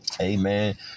amen